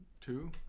two